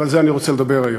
ועל זה אני רוצה לדבר היום.